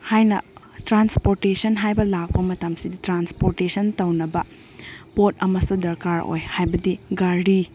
ꯍꯥꯏꯅ ꯇ꯭ꯔꯥꯟꯁꯄꯣꯔꯇꯦꯁꯟ ꯍꯥꯏꯕ ꯂꯥꯛꯄ ꯃꯇꯝꯁꯤꯗ ꯇ꯭ꯔꯥꯟꯁꯄꯣꯔꯇꯦꯁꯟ ꯇꯧꯅꯕ ꯄꯣꯠ ꯑꯃꯁꯨ ꯗꯔꯀꯥꯔ ꯑꯣꯏ ꯍꯥꯏꯕꯗꯤ ꯒꯥꯔꯤ